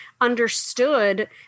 understood